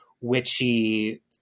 witchy